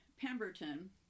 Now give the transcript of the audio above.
Pemberton